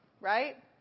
right